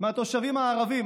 מהתושבים הערבים,